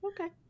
Okay